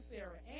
Sarah